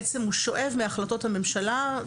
הוא שואב מהחלטות הממשלה,